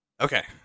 Okay